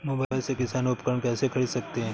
Mobile से किसान उपकरण कैसे ख़रीद सकते है?